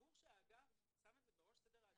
ברור שהאגף שם את זה בראש סדר העדיפויות.